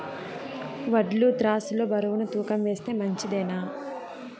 వడ్లు త్రాసు లో బరువును తూకం వేస్తే మంచిదేనా?